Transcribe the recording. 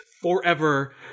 forever